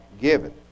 given